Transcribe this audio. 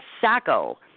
Sacco